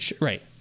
right